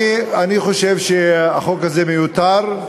אני חושב שהחוק הזה מיותר.